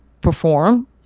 perform